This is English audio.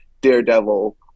Daredevil